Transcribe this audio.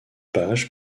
page